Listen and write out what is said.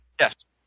Yes